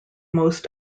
most